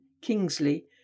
Kingsley